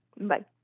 Bye